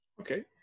Okay